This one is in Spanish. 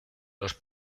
los